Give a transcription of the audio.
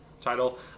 title